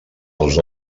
els